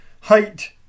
height